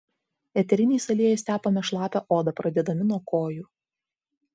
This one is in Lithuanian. eteriniais aliejais tepame šlapią odą pradėdami nuo kojų